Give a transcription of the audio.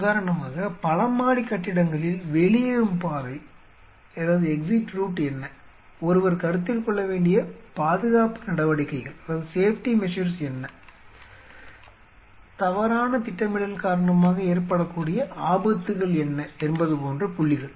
உதாரணமாக பல மாடி கட்டிடங்களில் வெளியேறும் பாதை என்ன ஒருவர் கருத்தில் கொள்ள வேண்டிய பாதுகாப்பு நடவடிக்கைகள் என்ன தவறான திட்டமிடல் காரணமாக ஏற்படக்கூடிய ஆபத்துகள் என்ன என்பது போன்ற புள்ளிகள்